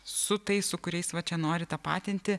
su tais su kuriais va čia nori tapatinti